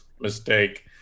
mistake